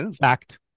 Fact